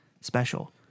special